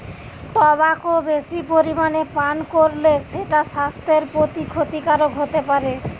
tobacco বেশি পরিমাণে পান কোরলে সেটা সাস্থের প্রতি ক্ষতিকারক হোতে পারে